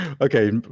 Okay